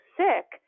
sick